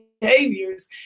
behaviors